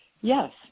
yes